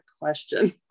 question